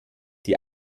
die